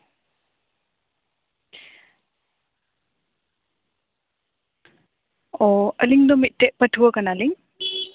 ᱚᱸᱻ ᱟᱞᱤᱧ ᱫᱚ ᱢᱤᱫᱴᱮᱡ ᱯᱟᱹᱴᱷᱣᱟᱹ ᱠᱟᱱᱟᱞᱤᱧ